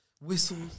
whistles